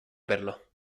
verlo